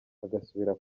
agasubira